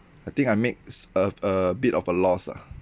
I think I makes a a bit of a loss lah